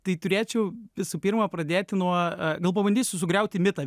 tai turėčiau visų pirma pradėti nuo gal pabandysiu sugriauti mitą